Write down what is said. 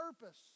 purpose